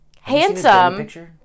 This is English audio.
Handsome